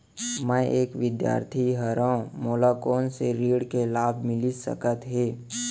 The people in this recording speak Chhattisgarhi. मैं एक विद्यार्थी हरव, मोला कोन से ऋण के लाभ मिलिस सकत हे?